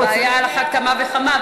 על אחת כמה וכמה,